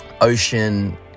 ocean